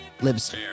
lives